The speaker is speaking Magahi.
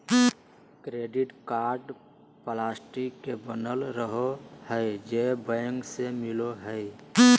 क्रेडिट कार्ड प्लास्टिक के बनल रहो हइ जे बैंक से मिलो हइ